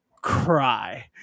cry